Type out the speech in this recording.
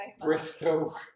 Bristol